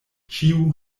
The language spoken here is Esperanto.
ĉiu